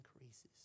increases